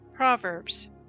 Proverbs